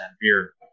beer